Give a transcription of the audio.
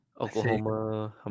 Oklahoma